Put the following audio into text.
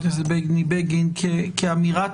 גם בגלל שהם מכילים הרבה מאוד מידע